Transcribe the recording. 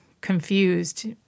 confused